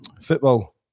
football